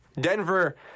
Denver